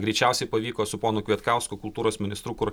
greičiausiai pavyko su ponu kvietkausku kultūros ministru kur